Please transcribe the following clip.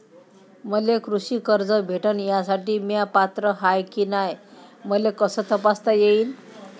मले कृषी कर्ज भेटन यासाठी म्या पात्र हाय की नाय मले कस तपासता येईन?